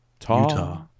Utah